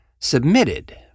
Submitted